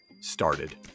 started